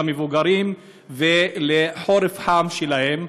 למבוגרים ולחורף החם שלהם.